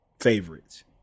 favorites